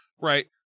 right